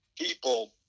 people